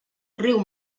riu